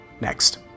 Next